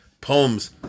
poems